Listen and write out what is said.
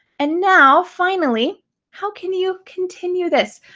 and now finally how can you continue this?